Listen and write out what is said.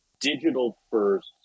digital-first